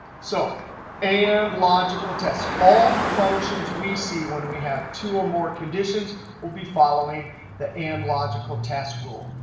so and logical test. all the functions we see when we have two or more conditions will be following the and logical test rule.